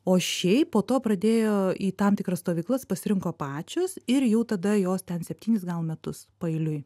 o šiaip po to pradėjo į tam tikras stovyklas pasirinko pačios ir jau tada jos ten septynis gal metus paeiliui